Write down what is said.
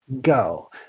go